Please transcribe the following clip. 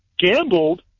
gambled